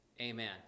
Amen